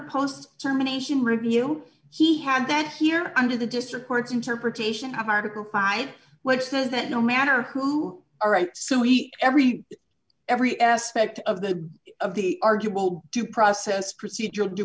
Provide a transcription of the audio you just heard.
post germination review he had that here under the district court's interpretation of article five which says that no matter who are right so he every every aspect of the of the arguable due process procedural d